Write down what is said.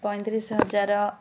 ପଇଁତିରିଶ ହଜାର